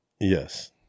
Yes